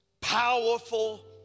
powerful